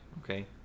Okay